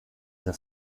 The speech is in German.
der